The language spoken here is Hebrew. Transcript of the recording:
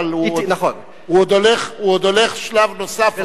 אבל הוא עוד הולך שלב נוסף אחרינו.